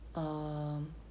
err hmm